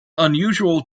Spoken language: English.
unusual